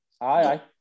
Aye